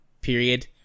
period